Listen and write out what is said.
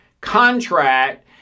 contract